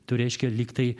tu reiškia lyg tai